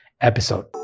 episode